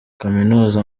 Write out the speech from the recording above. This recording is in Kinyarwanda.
kaminuza